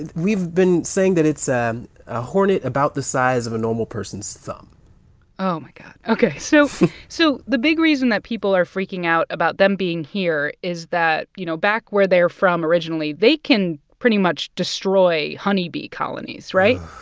and we've been saying that it's um a hornet about the size of a normal person's thumb oh, my god. ok. so so the big reason that people are freaking out about them being here is that, you know, back where they're from originally, they can pretty much destroy honeybee colonies. right?